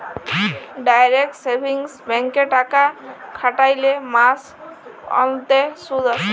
direct savings ব্যাংকে টাকা খ্যাটাইলে মাস অল্তে সুদ আসে